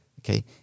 okay